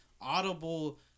audible